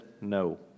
No